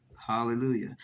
Hallelujah